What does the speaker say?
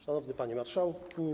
Szanowny Panie Marszałku!